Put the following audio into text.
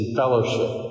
fellowship